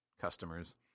customers